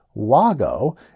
WAGO